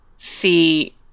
see